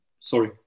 Sorry